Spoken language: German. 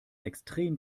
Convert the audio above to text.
extrem